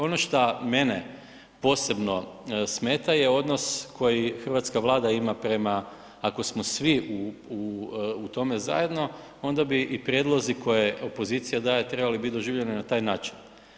Ono što mene posebno smeta je odnos koji hrvatska Vlada ima prema, ako smo svi u tome zajedno, onda bi i prijedlozi koje opozicija daje, trebali biti doživljeni na taj način.